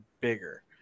bigger